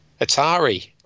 Atari